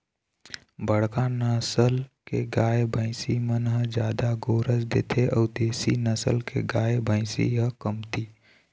बड़का नसल के गाय, भइसी मन ह जादा गोरस देथे अउ देसी नसल के गाय, भइसी ह कमती